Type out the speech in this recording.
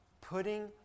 putting